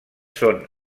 són